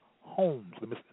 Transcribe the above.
homes